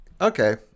Okay